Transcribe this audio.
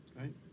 Right